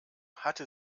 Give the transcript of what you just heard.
hatte